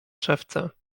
szewca